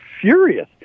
furious